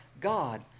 god